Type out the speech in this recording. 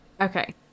Okay